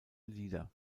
lieder